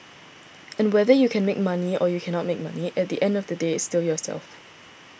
and whether you can make money or you cannot make money at the end of the day it's still yourself